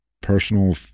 personal